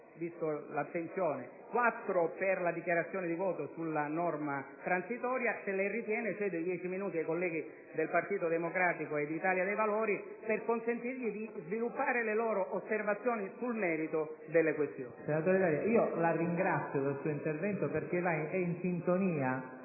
vista l'attenzione - quattro per la dichiarazione di voto sulla norma transitoria e, se lei lo ritiene possibile, cederò 10 minuti ai colleghi del Partito Democratico e dell'Italia dei Valori, per consentire di sviluppare le loro osservazioni sul merito delle questioni.